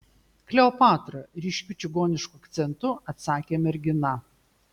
kleopatra ryškiu čigonišku akcentu atsakė mergina